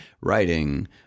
writing